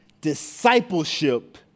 Discipleship